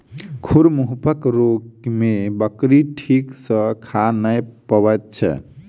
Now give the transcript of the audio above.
खुर मुँहपक रोग मे बकरी ठीक सॅ खा नै पबैत छै